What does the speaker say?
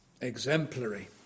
Exemplary